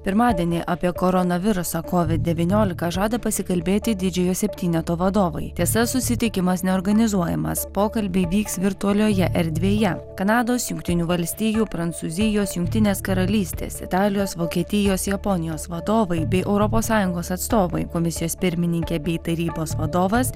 pirmadienį apie koronavirusą covid devyniolika žada pasikalbėti didžiojo septyneto vadovai tiesa susitikimas neorganizuojamas pokalbiai vyks virtualioje erdvėje kanados jungtinių valstijų prancūzijos jungtinės karalystės italijos vokietijos japonijos vadovai bei europos sąjungos atstovai komisijos pirmininkė bei tarybos vadovas